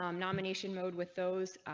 um nomination mode with those.